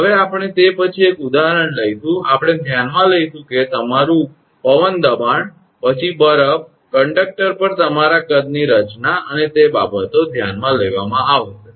હવે આપણે તે પછી એક ઉદાહરણ લઈશું કે આપણે ધ્યાનમાં લઈશું કે તમારું પવન દબાણ પછી બરફ કંડક્ટર પર તમારા કદની રચના અને તે બાબતો ધ્યાનમાં લેવામાં આવશે